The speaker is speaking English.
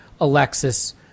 Alexis